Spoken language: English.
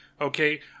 okay